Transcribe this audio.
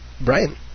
Brian